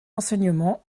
enseignement